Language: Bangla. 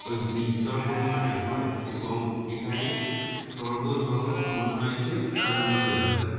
ওই বিস্তর পরিমাণে হয় এবং এখানে সর্ব ধর্ম সমন্বয়কে প্রাধান্য দেয়া হয়